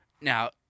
Now